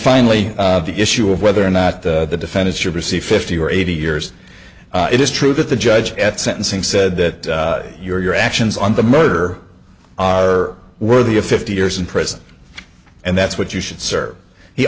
finally the issue of whether or not the defendant should receive fifty or eighty years it is true that the judge at sentencing said that your actions on the murder are worthy of fifty years in prison and that's what you should serve he